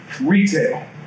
retail